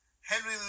Henry